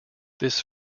this